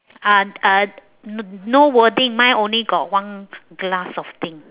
uh uh n~ no wording mine only got one g~ glass of thing